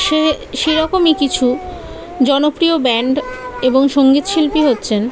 সে সেরকমই কিছু জনপ্রিয় ব্যান্ড এবং সঙ্গীত শিল্পী হচ্ছেন